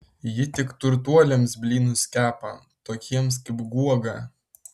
ji tik turtuoliams blynus kepa tokiems kaip guoga